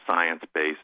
science-based